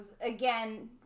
again